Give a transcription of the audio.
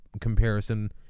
comparison